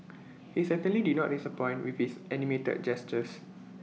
he certainly did not disappoint with his animated gestures